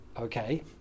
okay